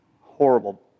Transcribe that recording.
Horrible